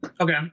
Okay